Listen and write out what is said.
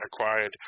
acquired